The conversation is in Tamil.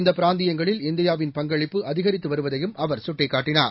இந்த பிராந்தியங்களில் இந்தியாவின் பங்களிப்பு அதிகரித்து வருவதையும் அவர் சுட்டிக்காட்டினார்